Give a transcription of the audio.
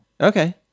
Okay